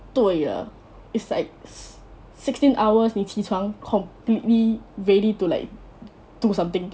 对了 it's like si~ sixteen hours 你起床 completely ready to like do something